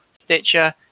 stitcher